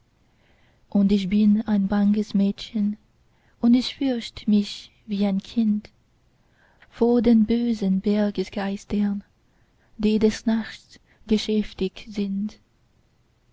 und ich bin ein banges mädchen und ich furcht mich wie ein kind vor den bösen bergesgeistern die des nachts geschäftig sind